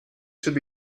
should